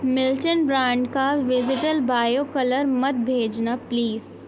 Milton brand کا vegetal bio colour مت بھیجنا پلیز